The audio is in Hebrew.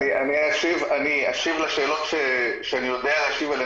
אשיב לשאלות שאני יודע להשיב עליהן,